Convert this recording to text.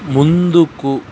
ముందుకు